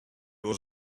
was